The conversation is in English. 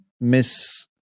miss